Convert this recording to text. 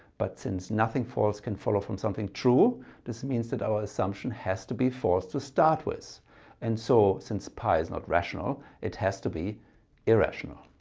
but since nothing false can follow from something true this means that our assumption has to be false to start with and so since pi is not rational it has to be irrational.